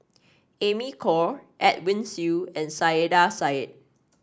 Amy Khor Edwin Siew and Saiedah Said